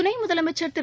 துணை முதலமைச்சர் திரு